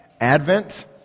Advent